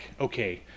okay